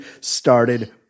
started